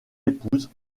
épouse